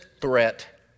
threat